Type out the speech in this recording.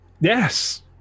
yes